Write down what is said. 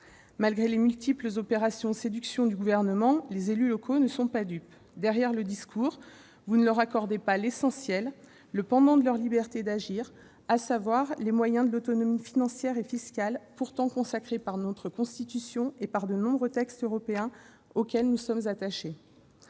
Malgré les multiples opérations de séduction du Gouvernement, les élus locaux ne sont pas dupes ! Derrière les discours, vous ne leur accordez pas l'essentiel, le pendant de leur liberté d'agir : les moyens de leur autonomie financière et fiscale, pourtant consacrée par notre Constitution et par de nombreux textes européens auxquels nous sommes attachés.